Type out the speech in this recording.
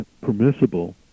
permissible